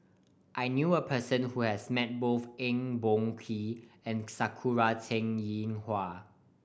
I knew a person who has met both Eng Boh Kee and Sakura Teng Ying Hua